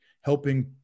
helping